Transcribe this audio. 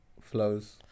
Flows